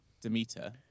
Demeter